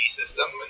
system